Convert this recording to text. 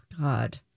god